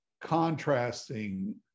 contrasting